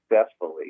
successfully